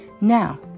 Now